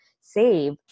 save